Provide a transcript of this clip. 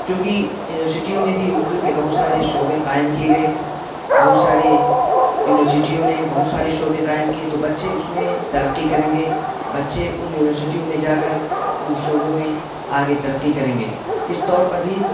چونکہ یونیورسٹیوں میں بھی اردو کے بہت سارے شعبے قائم کیے گئے بہت سارے یونیورسٹیوں نے بہت سارے شعبے قائم کیے تو بچے اس میں ترقی کریں گے بچے ان یونیورسٹیوں میں جا کر ان شعبوں میں آگے ترقی کریں گے اس طور پر بھی